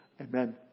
Amen